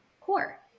core